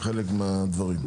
לוי,